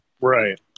Right